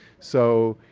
so,